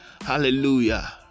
hallelujah